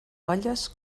olles